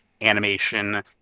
animation